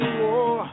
war